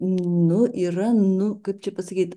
nu yra nu kaip čia pasakyt